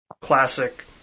classic